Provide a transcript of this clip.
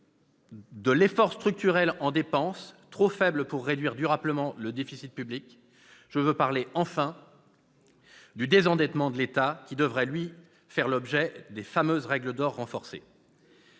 de l'effort structurel en dépense, trop faible pour réduire durablement le déficit public, et, enfin, du désendettement de l'État, qui devrait, lui, faire l'objet des fameuses « règles d'or renforcées